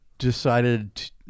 decided